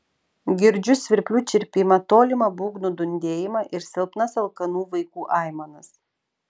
girdžiu svirplių čirpimą tolimą būgnų dundėjimą ir silpnas alkanų vaikų aimanas